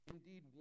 Indeed